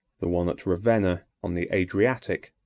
the one at ravenna, on the adriatic,